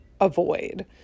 avoid